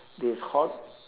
this hot